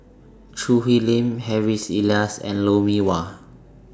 Choo Hwee Lim Harry's Elias and Lou Mee Wah